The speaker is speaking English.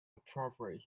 appropriate